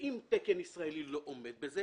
אם אין תקן ישראלי אז בבקשה